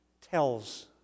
tells